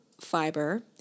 Fiber